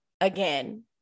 again